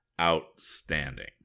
outstanding